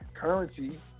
currency